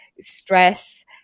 stress